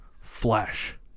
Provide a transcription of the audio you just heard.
Flash